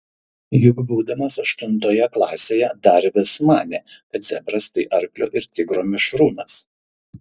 juk būdamas aštuntoje klasėje dar vis manė kad zebras tai arklio ir tigro mišrūnas